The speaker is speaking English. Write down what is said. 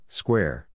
square